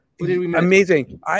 Amazing